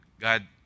God